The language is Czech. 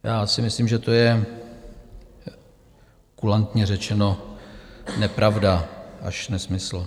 Já si myslím, že to je, kulantně řečeno, nepravda až nesmysl.